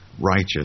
righteous